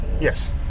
yes